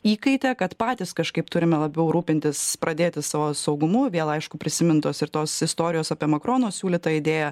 įkaite kad patys kažkaip turime labiau rūpintis pradėti savo saugumu vėl aišku prisimintos ir tos istorijos apie makarono siūlytą idėją